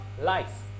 life